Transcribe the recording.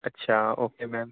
اچھا اوکے میم